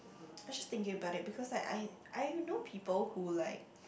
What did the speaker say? I was just thinking about it because like I I know people who like